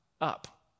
up